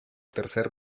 tercer